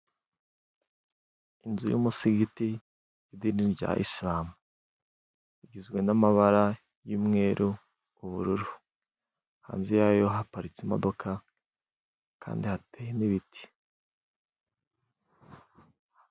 Inzu y'umusigiti "idini rya isilamu", igizwe n'amabara y'umweru, ubururu hanze yayo haparitse imodoka kandi hateye n'ibiti.